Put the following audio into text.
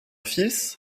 fils